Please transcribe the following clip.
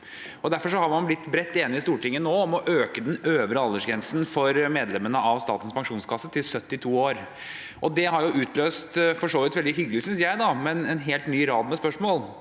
Derfor har man blitt bredt enige i Stortinget nå om å øke den øvre aldersgrensen for medlemmene av Statens pensjonskasse til 72 år. Det har utløst – for så vidt veldig hyggelig, synes jeg – en helt ny rad med spørsmål,